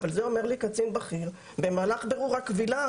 אבל את זה אומר לי קצין בכיר במהלך בירור הקבילה.